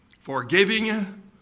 Forgiving